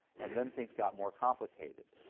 and then things got more complicated,